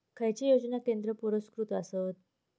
खैचे योजना केंद्र पुरस्कृत आसत?